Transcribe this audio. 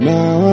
Now